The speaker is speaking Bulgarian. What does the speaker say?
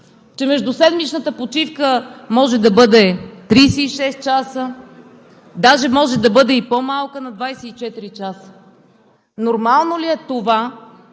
че междуседмичната почивка може да бъде 36 часа, даже може да бъде и по-малка – на 24 часа. Нормално ли е това